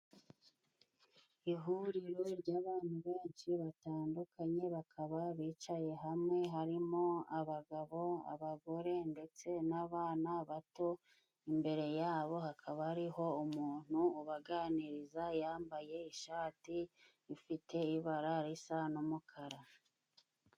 Ihuriro ry'abantu benshi batandukanye bakaba bicaye hamwe harimo abagabo , abagore ndetse n'abana bato imbere yabo hakaba hariho umuntu ubaganiriza yambaye ishati ifite ibara risa n'umukara.